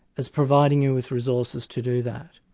as providing you with resources to do that.